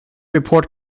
report